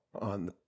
on